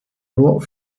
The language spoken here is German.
nur